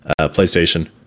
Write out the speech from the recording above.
PlayStation